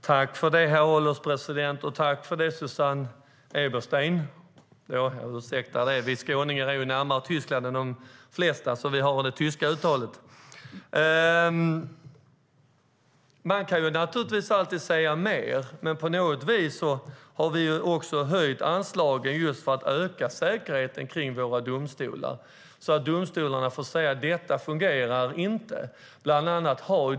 Herr ålderspresident! Jag vill tacka Susanne Eberstein för svaret. Jag ber om ursäkt för mitt uttal. Vi skåningar bor närmare Tyskland än de flesta och har därför det tyska uttalet. Man kan alltid säga att man vill ha mer. Men vi har höjt anslagen just för att öka säkerheten vid våra domstolar så att domstolarna kan säga: Detta fungerar inte.